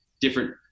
different